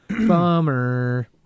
bummer